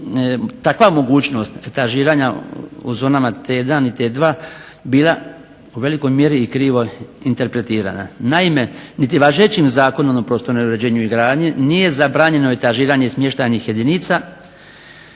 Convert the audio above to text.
takva mogućnost etažiranja u zonama T1 i T2 bila u velikoj mjeri i krivo interpretirana. Naime, niti važećim Zakonom o prostornom uređenju i gradnji nije zabranjeno etažiranje smještajnih jedinica